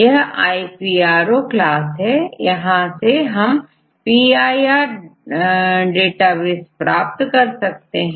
यहiPro class है यहां से हमPIR डेटाबेस प्राप्त कर सकते हैं